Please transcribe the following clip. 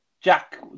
Jack